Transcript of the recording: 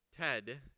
Ted